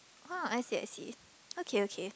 !wah! I see I see okay okay